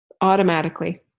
automatically